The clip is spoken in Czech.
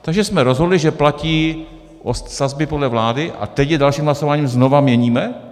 Takže jsme rozhodli, že platí sazby podle vlády a teď je dalším hlasováním znova měníme?